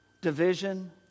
division